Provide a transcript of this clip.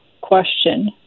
question